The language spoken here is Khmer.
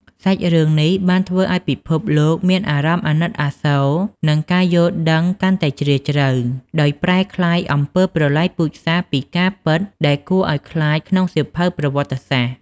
សាច់រឿងនេះបានធ្វើឲ្យពិភពលោកមានអារម្មណ៍អាណិតអាសូរ និងការយល់ដឹងកាន់តែជ្រាលជ្រៅ ដោយប្រែក្លាយអំពើប្រល័យពូជសាសន៍ពីការពិតដែលគួរឲ្យខ្លាចក្នុងសៀវភៅប្រវត្តិសាស្ត្រ។